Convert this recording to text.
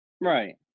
Right